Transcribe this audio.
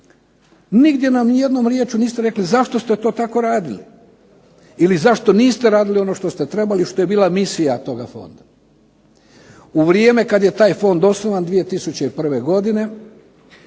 Nigdje nam ni jednom riječju niste rekli zašto ste to tako radili. Ili zašto niste radili ono što ste trebali, što je bila misija toga fonda. U vrijeme kad je taj fond osnovan 2001. godine,